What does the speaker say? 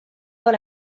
dans